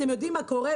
אתם יודעים מה קורה?